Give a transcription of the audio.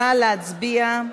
נא להצביע.